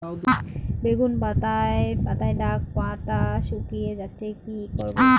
বেগুন পাতায় পড়া দাগ ও পাতা শুকিয়ে যাচ্ছে কি করব?